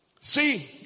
see